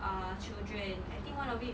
uh children I think one of it